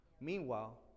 meanwhile